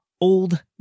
old